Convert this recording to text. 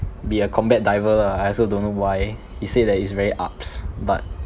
be a combat diver lah I also don't know why he say that it's very ups but